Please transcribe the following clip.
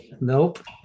Nope